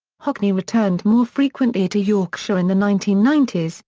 hockney returned more frequently to yorkshire in the nineteen ninety s,